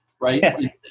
right